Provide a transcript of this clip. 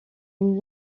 une